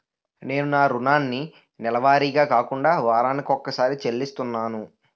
నేను నా రుణాన్ని నెలవారీగా కాకుండా వారాని కొక్కసారి చెల్లిస్తున్నాను